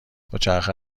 دوچرخه